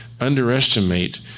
underestimate